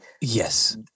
Yes